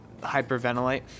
hyperventilate